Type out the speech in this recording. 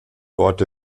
orte